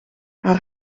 haar